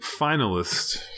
finalist